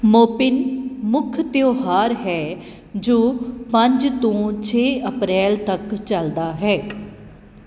ਮੋਪਿਨ ਮੁੱਖ ਤਿਉਹਾਰ ਹੈ ਜੋ ਪੰਜ ਤੋਂ ਛੇ ਅਪ੍ਰੈਲ ਤੱਕ ਚੱਲਦਾ ਹੈ